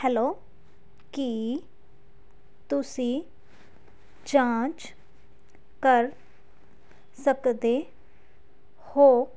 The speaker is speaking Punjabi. ਹੈਲੋ ਕੀ ਤੁਸੀਂ ਜਾਂਚ ਕਰ ਸਕਦੇ ਹੋ